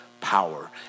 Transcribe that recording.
power